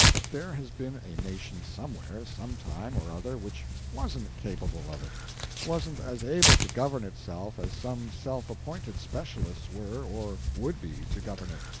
that there has been a nation somewhere, some time or other which wasn't capable of it wasn't as able to govern itself as some self-appointed specialists were or would be to govern it.